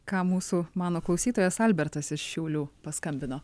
ką mūsų mano klausytojas albertas iš šiaulių paskambino